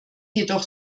jedoch